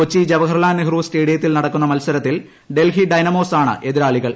കൊച്ചി ജവഹർലാൽ നെഹ്റു സ്റ്റേഡിയത്തിൽ ൂ നടക്കുന്ന മത്സരത്തിൽ ഡൽഹി ഡൈനാമോസാണ് എതിരാളിക്കൾ